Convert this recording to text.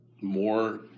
more